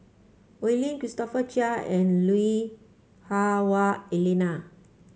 Oi Lin Christopher Chia and Lui Hah Wah Elena